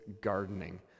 gardening